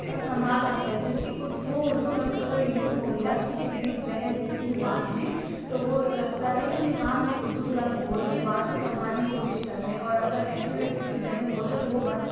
سنبھال سکتا ہے کیونکہ اُس وہ اُردو لفظ اگر یوز ہو گیا کسی بھی بحث یا کسی بات میں تو وہ لگتا ہے کہ ہاں یہ اُردو لفظ بول کے بات کو سنبھالنے کی کوشش کر رہے ہیں اور اگر ایسی ویسی کچھ لینگویج میں بولے تو وہ بڑا